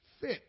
fit